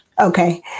Okay